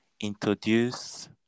introduce